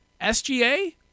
SGA